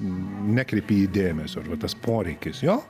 nekreipi į jį dėmesio arba tas poreikis jo